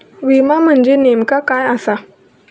विमा म्हणजे नेमक्या काय आसा?